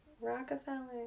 Rockefeller